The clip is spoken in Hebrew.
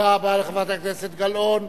תודה רבה לחברת הכנסת גלאון.